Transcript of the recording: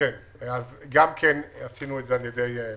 גם את זה עשינו על-ידי תקצוב.